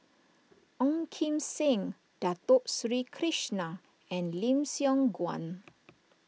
Ong Kim Seng Dato Sri Krishna and Lim Siong Guan